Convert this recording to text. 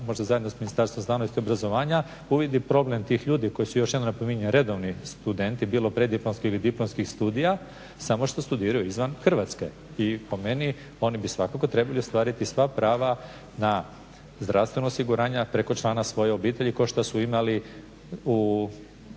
možda zajedno sa Ministarstvom znanosti, obrazovanja uvidi problem tih ljudi koji su još jednom napominjem redovni studenti bilo preddiplomskih ili diplomskih studija samo što studiraju izvan Hrvatske i po meni oni bi svakako trebali ostvariti sva prava na zdravstveno osiguranje, a preko člana svoje obitelji kao što su imali u slučaju